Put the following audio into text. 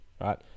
right